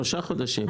שלושה חודשים.